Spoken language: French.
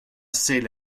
sait